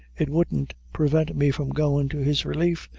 it wouldn't prevent me from goin' to his relief,